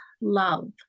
love